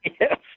yes